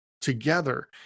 together